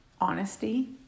Honesty